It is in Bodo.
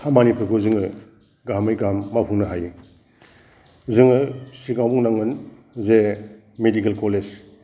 खामानिफोरखौ जोङो गाहामै गाहाम मावफुंनो हायो जोङो सिगाङाव बुंनांगोन जे मेडिकेल कलेज